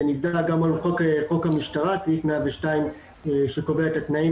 זה נבדק גם על חוק המשטרה סעיף 102 שקובע את התנאים